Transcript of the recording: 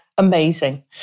Amazing